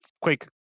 quick